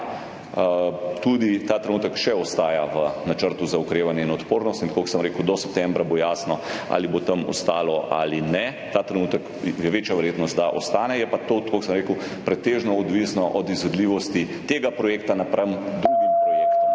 tudi ta trenutek še ostaja v Načrtu za okrevanje in odpornost. Tako kot sem rekel, do septembra bo jasno, ali bo tam ostalo ali ne. Ta trenutek je večja verjetnost, da ostane, je pa to, tako kot sem rekel, pretežno odvisno od izvedljivosti tega projekta napram drugim projektom.